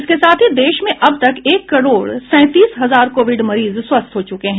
इसके साथ ही देश में अब तक एक करोड सैंतीस हजार कोविड मरीज स्वस्थ हो चुके हैं